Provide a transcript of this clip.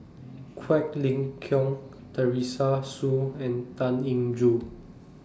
Quek Ling Kiong Teresa Hsu and Tan Eng Joo